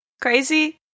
crazy